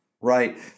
right